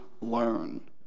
learn